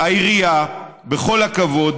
בכל הכבוד,